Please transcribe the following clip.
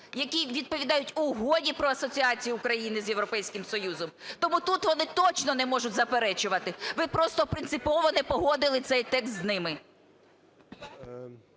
які відповідають Угоді про асоціацію України з Європейським Союзом. Тому тут вони точно не можуть заперечувати. Ви просто принципово не погодили цей текст з ними.